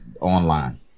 online